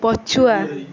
ପଛୁଆ